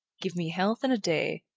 give me health and a day,